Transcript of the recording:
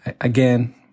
Again